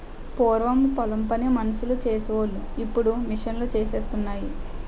పూరము పొలం పని మనుసులు సేసి వోలు ఇప్పుడు మిషన్ లూసేత్తన్నాయి